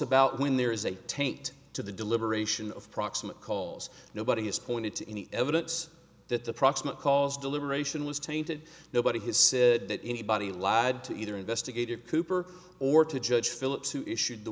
about when there is a taint to the deliberation of proximate cause nobody has pointed to any evidence that the proximate cause deliberation was tainted nobody has said that anybody lied to either investigative cooper or to judge phillips who issued